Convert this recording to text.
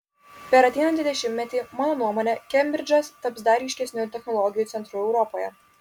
per ateinantį dešimtmetį mano nuomone kembridžas taps dar ryškesniu technologijų centru europoje